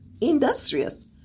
industrious